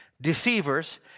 Deceivers